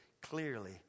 clearly